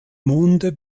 monde